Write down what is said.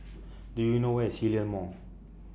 Do YOU know Where IS Hillion Mall